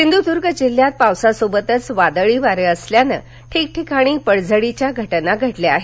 सिंधुदर्ग जिल्ह्यात पावसा सोबत वादळी वारे असल्यानं ठिकठिकाणी पडझडीच्या घटना घडल्या आहेत